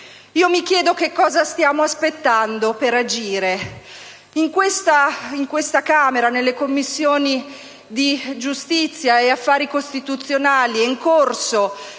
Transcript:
Mi chiedo cosa stiamo aspettando per agire. In questa Camera, nelle Commissioni giustizia e affari costituzionali, è in corso